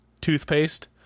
toothpaste